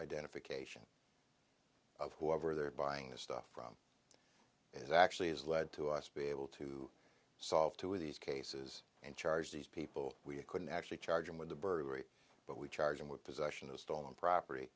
identification of whoever they're buying the stuff from is actually has led to us be able to solve two of these cases and charge these people we couldn't actually charge him with the burglary but we charge him with possession of stolen property